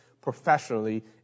professionally